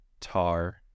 TAR